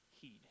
heed